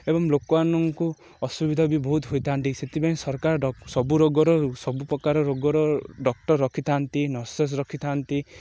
ଏବଂ ଲୋକମାନଙ୍କୁ ଅସୁବିଧା ବି ବହୁତ ହୋଇଥାନ୍ତି ସେଥିପାଇଁ ସରକାର ସବୁ ରୋଗର ସବୁ ପ୍ରକାର ରୋଗର ଡ଼କ୍ଟର୍ ରଖିଥାନ୍ତି ନର୍ସେସ୍ ରଖିଥାନ୍ତି